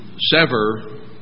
sever